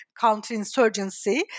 counterinsurgency